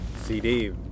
CD